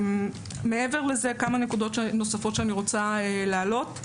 מעבר לזה כמה נקודות נוספות שאני רוצה לעלות.